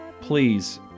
Please